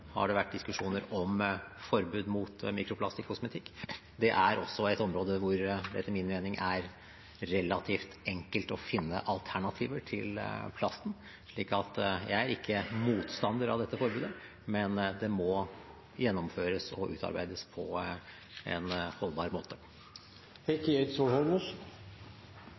har det vært diskusjoner om forbud mot mikroplast i kosmetikk. Det er også et område hvor det etter min mening er relativt enkelt å finne alternativer til plasten. Så jeg er ikke motstander av dette forbudet, men det må gjennomføres og utarbeides på en holdbar måte.